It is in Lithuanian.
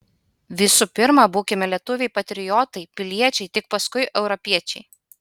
visų pirma būkime lietuviai patriotai piliečiai tik paskui europiečiai